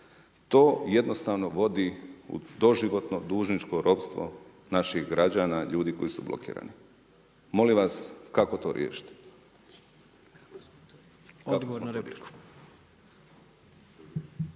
To jednostavno vodi doživotno dužničko ropstvo naših građana, ljudi koji su blokirani. Molim vas, kako to riješiti?